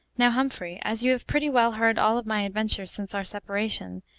now, humphrey, as you have pretty well heard all my adventures since our separation,